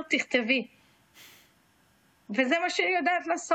היא צריכה לעשות